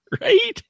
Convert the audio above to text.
Right